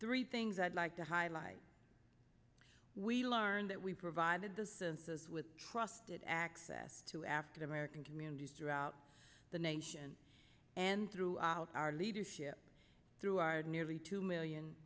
three things i'd like to highlight we learned that we provided the census with trusted access to after american communities throughout the nation and throughout our leadership through our nearly two million